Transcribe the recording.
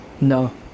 No